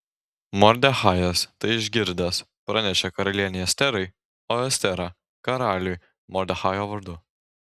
mordechajas tai išgirdęs pranešė karalienei esterai o estera karaliui mordechajo vardu